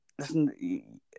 listen